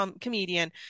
comedian